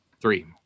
Three